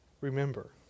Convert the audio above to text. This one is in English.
remember